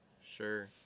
Sure